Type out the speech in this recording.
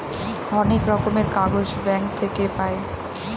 অনেক রকমের কাগজ ব্যাঙ্ক থাকে পাই